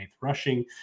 rushing